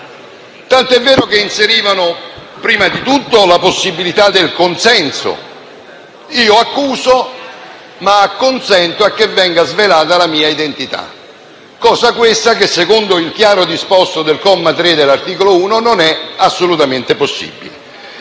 tant'è vero che inserivano prima di tutto la possibilità del consenso (io accuso, ma acconsento a che venga svelata la mia identità), la qual cosa, secondo il chiaro disposto del comma 3 dell'articolo 1, non è assolutamente possibile.